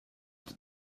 that